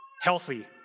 Healthy